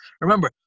remember